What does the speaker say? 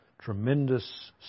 tremendous